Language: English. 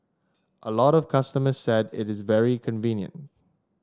a lot of customers said it is very convenient